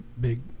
big